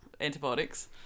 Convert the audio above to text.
antibiotics